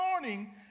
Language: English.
morning